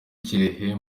kirehe